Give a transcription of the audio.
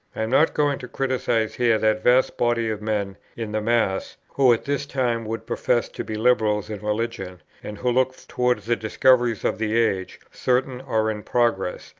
am not going to criticize here that vast body of men, in the mass, who at this time would profess to be liberals in religion and who look towards the discoveries of the age, certain or in progress,